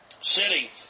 city